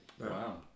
Wow